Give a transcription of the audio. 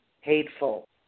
Hateful